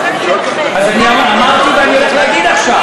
אז אני אמרתי ואני הולך להגיד עכשיו,